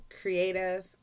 creative